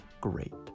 great